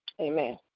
Amen